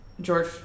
George